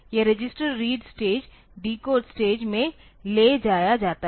यह register read stage decode stage में ले जाया जाता है